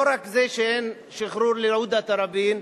לא רק זה שאין שחרור של עודה תראבין,